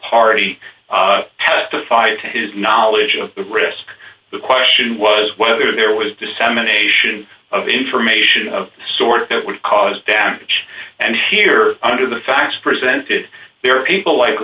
party testify of his knowledge of the risk the question was whether there was dissemination of information of sorts that would cause damage and here under the facts presented there are people like